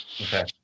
Okay